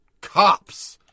cops